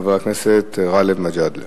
חבר הכנסת גאלב מג'אדלה.